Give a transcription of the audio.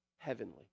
Heavenly